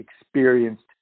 experienced